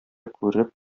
күреп